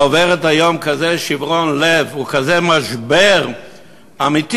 עוברת היום כזה שיברון לב וכזה משבר אמיתי,